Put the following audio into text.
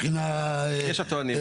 יש הטוענים כך.